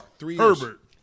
Herbert